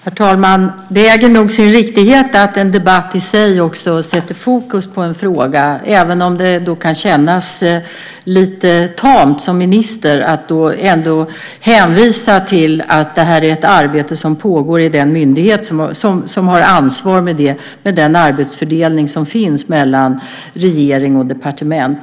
Herr talman! Det äger nog sin riktighet att en debatt i sig också sätter fokus på en fråga, även om det kan kännas lite tamt för mig som minister att hänvisa till att det här är ett arbete som pågår i den myndighet som har ansvar, med den arbetsfördelning som finns mellan regering och departement.